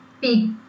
big